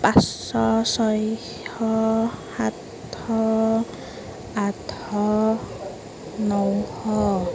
পাঁচশ ছয়শ সাতশ আঠশ নশ